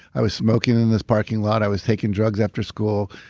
i was smoking in the parking lot. i was taking drugs after school.